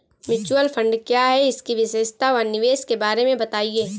Mutual fund क्या है इसकी विशेषता व निवेश के बारे में बताइये?